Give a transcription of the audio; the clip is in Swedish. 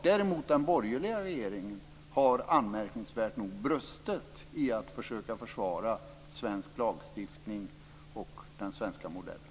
Däremot har den borgerliga regeringen anmärkningsvärt nog brustit i att försöka försvara svensk lagstiftning och den svenska modellen.